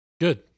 Good